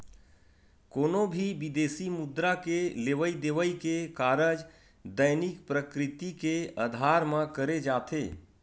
कोनो भी बिदेसी मुद्रा के लेवई देवई के कारज दैनिक प्रकृति के अधार म करे जाथे